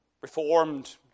reformed